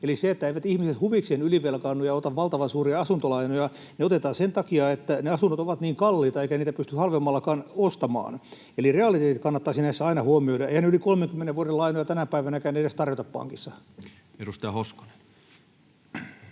Eivät ihmiset huvikseen ylivelkaannu ja ota valtavan suuria asuntolainoja; ne otetaan sen takia, että ne asunnot ovat niin kalliita eikä niitä pysty halvemmallakaan ostamaan, eli realiteetit kannattaisi näissä aina huomioida. Eihän yli 30 vuoden lainoja tänä päivänäkään edes tarjota pankissa. [Speech